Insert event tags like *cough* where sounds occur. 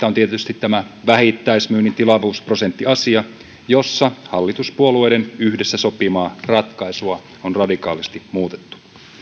*unintelligible* on tietysti vähittäismyynnin tilavuusprosenttiasia jossa hallituspuolueiden yhdessä sopimaa ratkaisua on radikaalisti muutettu